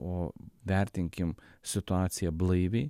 o vertinkim situaciją blaiviai